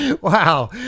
Wow